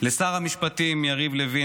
לשר המשפטים יריב לוין,